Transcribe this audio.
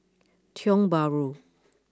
Tiong Bahru